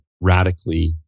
radically